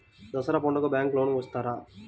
దసరా పండుగ bank loan ఇస్తారా?